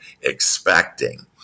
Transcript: expecting